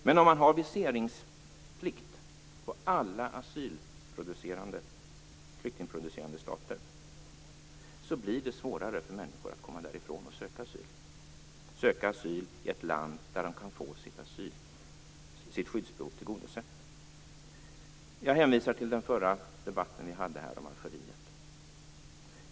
Men om man har viseringsplikt från alla flyktingproducerande stater blir det svårare för människor att komma därifrån och söka asyl i ett land där de kan få sitt skyddsbehov tillgodosett. Jag hänvisar till den förra debatten vi hade om Algeriet.